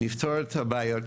נפתור את הבעיות.